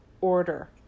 order